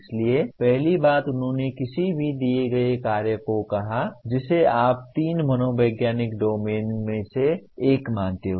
इसलिए पहली बात उन्होंने किसी भी दिए गए कार्य को कहा जिसे आप तीन मनोवैज्ञानिक डोमेन में से एक मानते हैं